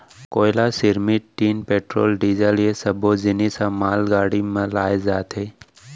कोयला, सिरमिट, tin, petrol, diesel ए सब्बो जिनिस ह मालगाड़ी म लाए जाथे